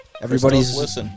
Everybody's